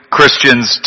Christians